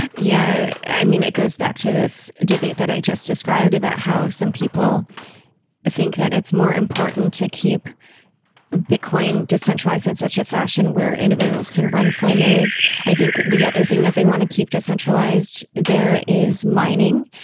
yeah, i mean it goes back to this debate that i just described about how some people think that it's more important to keep bitcoin decentralized in such a fashion, where individuals can run full nodes. i think the other thing that they want to keep decentralized there is mining,